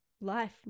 life